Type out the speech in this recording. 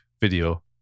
video